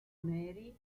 neri